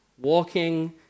walking